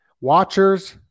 Watchers